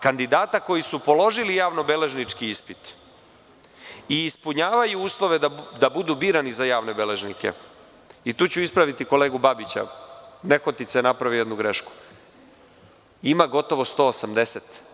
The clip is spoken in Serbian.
Kandidati koji su položili javno-beležnički ispit i ispunjavaju uslove da budu birani za javne beležnike, tu ću ispraviti kolegu Babića, nehotice je napravio jednu grešku, ima gotovo 180.